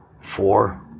four